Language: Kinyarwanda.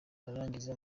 narangiza